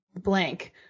blank